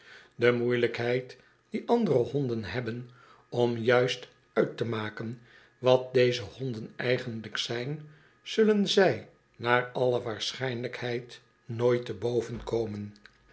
de moeielijkheid die andere honden hebben om juist uit te maken wat deze honden eigenlijk zijn zulten zij naar alle waarschijnlijkheid nooit te boven komen